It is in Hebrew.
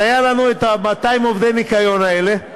אז היו לנו את 200 עובדי הניקיון האלה.